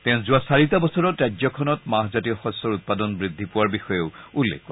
তেওঁ যোৱা চাৰিটা বছৰত ৰাজ্যখনত মাহজাতীয় শস্যৰ উৎপাদন বৃদ্ধি পোৱাৰ বিষয়েও উল্লেখ কৰে